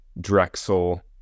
drexel